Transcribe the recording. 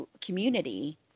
community